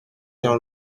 jean